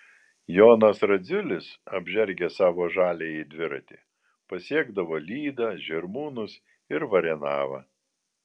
jonas radziulis apžergęs savo žaliąjį dviratį pasiekdavo lydą žirmūnus ir varenavą